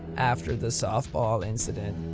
after the softball incident.